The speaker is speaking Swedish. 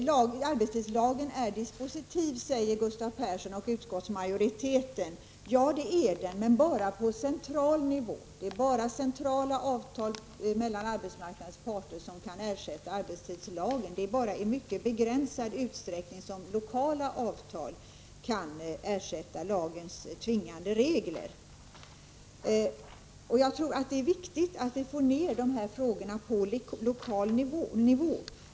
Herr talman! Arbetstidslagen är dispositiv, säger Gustav Persson och utskottsmajoriteten. Ja, det är den, men bara på central nivå. Det är bara centrala avtal mellan arbetsmarknadens parter som kan ersätta arbetstidslagen. Det är endast i mycket begränsad utsträckning som lokala avtal kan ersätta lagens tvingande regler. Jag tror att det är viktigt att vi får ned de här frågorna på lokal nivå.